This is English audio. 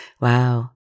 Wow